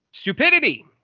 stupidity